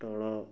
ତଳ